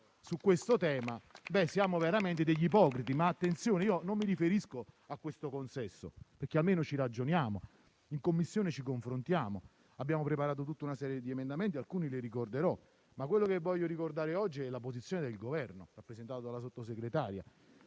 su questo tema, siamo veramente ipocriti. Attenzione, non mi riferisco a questo consesso, perché almeno ci ragioniamo; in Commissione ci confrontiamo, abbiamo preparato tutta una serie di emendamenti e alcuni li ricorderò. Quella che voglio ricordare oggi è la posizione del Governo qui rappresentato dalla Sottosegretaria.